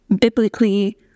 biblically